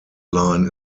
line